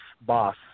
boss